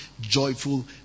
joyful